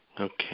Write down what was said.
Okay